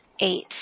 eight